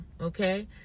Okay